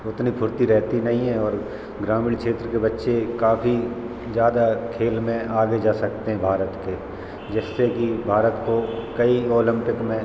उतनी फुर्ती रहती नहीं है और ग्रामीण क्षेत्र के बच्चे काफ़ी ज़्यादा खेल में आगे जा सकते हैं भारत के जिससे कि भारत को कई ओलंपिक में